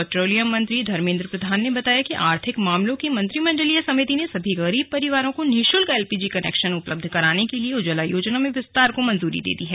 petroleum मंत्री धर्मेन्द्र प्रधान ने बताया कि आर्थिक मामलों की मंत्रिमंडलीय समिति ने सभी गरीब परिवारों को निशल्क एल पी जी कनेक्शन उपलब्ध कराने के लिए उज्जवला योजना में विस्तार को मंजूरी दे दी है